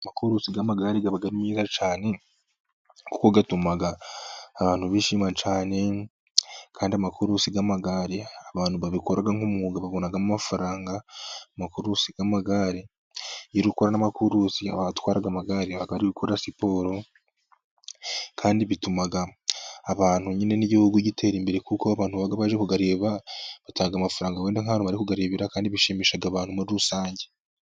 Amakurusi y'amagare aba ari meza cyane, kuko bituma abantu bishima cyane, kandi amakurusi y'amagare abantu babikora nk'umwuga babonamo amafaranga. Amakurusi y'amagare, iyo uri gukora amakurusi , abatwara amagare baba bari gukora siporo. Kandi bituma abantu nyine n'igihugu gitera imbere, kuko abantu baba baje kuyareba batanga amafaranga, wenda nk'ahantu bari kuyarebera, kandi bishimisha n'abantu muri rusange.